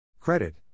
Credit